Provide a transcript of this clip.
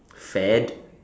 fad